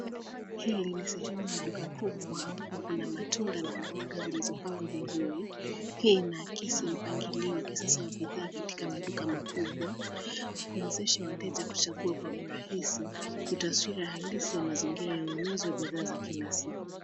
Hili ni sehemu la duka kubwa, ambapo kuna matunda na mboga zilizopangwa vizuri. Hii inakisi mpangilio wa sasa wa bidhaa katika maduka makubwa, kuwezesha wateja kuchagua kwa urahisi. Ni taswira halisi ya mazingira ya ununuzi wa bidhaa za kila siku.